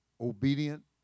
obedient